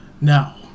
Now